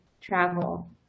travel